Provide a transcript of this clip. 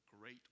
great